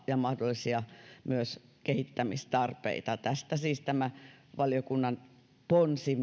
ja myös mahdollisia kehittämistarpeita arvioitava tästä siis myös valiokunnan ponsi